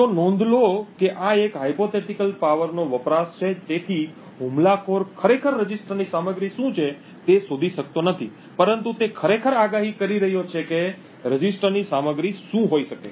તો નોંધ લો કે આ એક કાલ્પનિક શક્તિ નો વપરાશ છે તેથી હુમલાખોર ખરેખર રજિસ્ટરની સામગ્રી શું છે તે શોધી શકતો નથી પરંતુ તે ખરેખર આગાહી કરી રહ્યો છે કે રજિસ્ટરની સામગ્રી શું હોઈ શકે